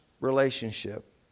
relationship